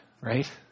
right